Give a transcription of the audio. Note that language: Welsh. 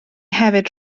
hefyd